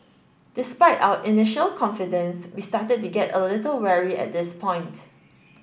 despite our initial confidence we started to get a little wary at this point